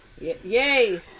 Yay